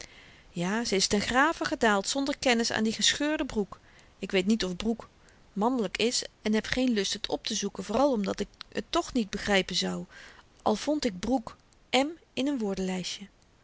ja ze is ten grave gedaald zonder kennis aan die gescheurde broek ik weet niet of broek mannelyk is en heb geen lust het optezoeken vooral omdat ik t toch niet begrypen zou al vond ik broek m in n